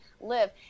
live